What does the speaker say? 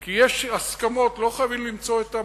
כי יש הסכמות, לא חייבים למצוא את המפריד,